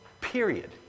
period